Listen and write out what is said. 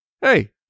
Hey